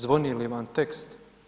Zvoni li vam tekst?